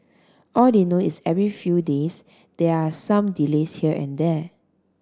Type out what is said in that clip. all they know is every few days there are some delays here and there